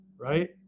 Right